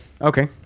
Okay